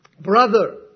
brother